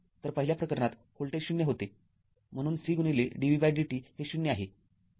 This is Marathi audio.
तरपहिल्या प्रकरणात व्होल्टेज ० होते म्ह्णून C dv dt हे ० आहे